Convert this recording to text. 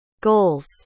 goals